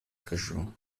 кажу